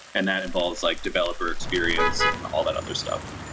and that involves like developer experience and all that other stuff.